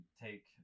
take